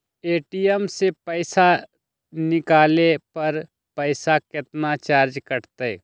ATM से पईसा निकाले पर पईसा केतना चार्ज कटतई?